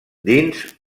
dins